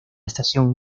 estación